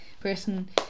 person